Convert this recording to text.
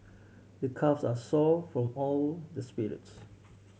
my calves are sore from all the sprints